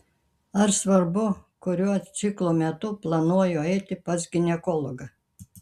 ar svarbu kuriuo ciklo metu planuoju eiti pas ginekologą